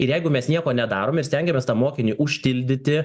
ir jeigu mes nieko nedarom ir stengiamės tą mokinį užtildyti